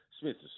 Smith's